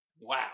Wow